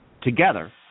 Together